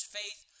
faith